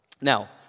Now